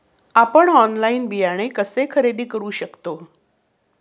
आपण ऑनलाइन बियाणे कसे खरेदी करू शकतो?